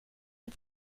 the